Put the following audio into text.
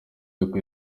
yuko